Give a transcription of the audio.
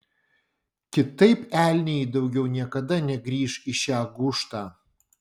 kitaip elniai daugiau niekada negrįš į šią gūžtą